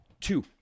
two